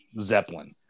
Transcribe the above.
Zeppelin